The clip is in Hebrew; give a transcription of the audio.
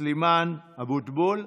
סלימאן, אבוטבול?